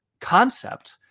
concept